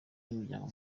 n’imiryango